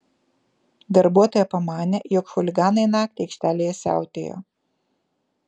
darbuotoja pamanė jog chuliganai naktį aikštelėje siautėjo